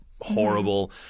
horrible